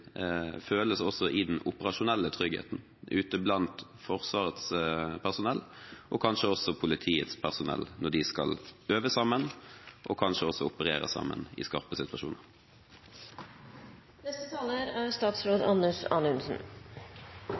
føles i den operasjonelle tryggheten ute blant Forsvarets personell, og kanskje også politiets personell, når de skal øve sammen og kanskje også operere sammen i skarpe situasjoner. Det er